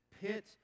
pit